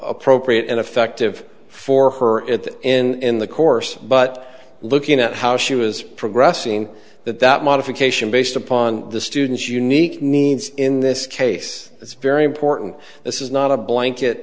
appropriate and effective for her and the course but looking at how she was progressing that that modification based upon the student's unique needs in this case it's very important this is not a blanket